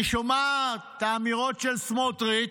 אני שומע את האמירות של בן גביר,